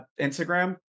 Instagram